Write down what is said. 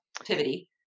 activity